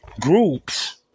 groups